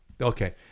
Okay